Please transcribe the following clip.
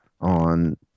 on